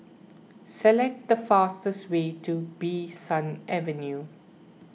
select the fastest way to Bee San Avenue